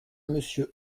monsieur